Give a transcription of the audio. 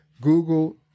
Google